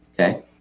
okay